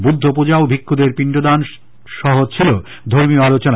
বুদ্ধ পূজা ও ভিক্ষুদের পিন্ডদান সহ ছিল ধর্মীয় আলোচনা